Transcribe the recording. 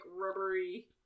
rubbery